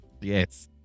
Yes